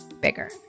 bigger